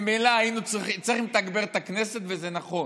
ממילא צריכים לתגבר את הכנסת, וזה נכון,